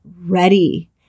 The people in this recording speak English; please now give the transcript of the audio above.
ready